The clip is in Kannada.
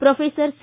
professor C